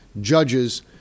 judges